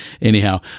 anyhow